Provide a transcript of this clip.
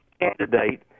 candidate